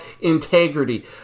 integrity